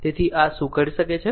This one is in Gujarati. તેથી આ શું કરી શકે છે